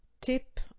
tip